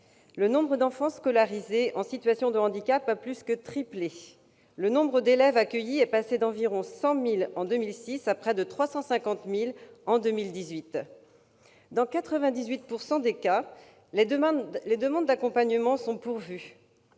le nombre d'enfants scolarisés en situation de handicap a plus que triplé. Le nombre d'élèves accueillis est passé d'environ 100 000 en 2006 à près de 350 000 en 2018. Dans 98 % des cas, les demandes d'accompagnement sont satisfaites.